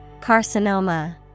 Carcinoma